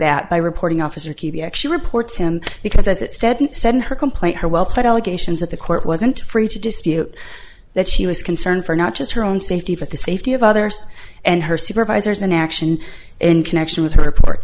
that by reporting officer q b actually reports him because as it steadily said in her complaint her welfare allegations that the court wasn't free to dispute that she was concerned for not just her own safety but the safety of others and her supervisors inaction in connection with her ports